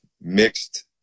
mixed